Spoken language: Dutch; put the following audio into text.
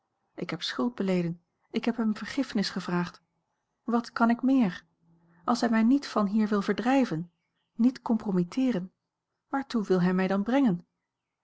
ik heb schuld beleden ik heb hem vergiffenis gevraagd wat kan ik meer als hij mij niet van hier wil verdrijven niet compromitteeren waartoe wil hij mij dan brengen